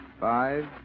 five